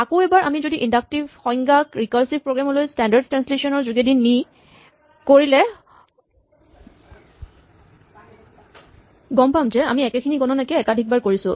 আকৌ এবাৰ আমি যদি ইন্ডাক্টিভ সংজ্ঞাক ৰিকাৰছিভ প্ৰগ্ৰেম লৈ স্টেন্ডাৰ্ড ট্ৰেস্নলেচন ৰ যোগেদি নি কৰিলে গম পাম যে আমি একেখিনি গণনাকে একাধিকবাৰ কৰিছো